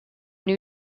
new